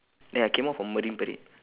then I came out from marine parade